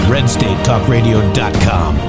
RedStateTalkRadio.com